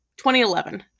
2011